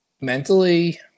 mentally